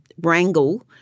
wrangle